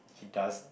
he does